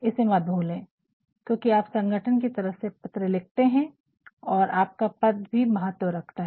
इसे मत भूलें क्योंकि आप संगठन की तरफ से पत्र लिखते है तो आपका पद भी महत्त्व रखता है